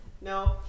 No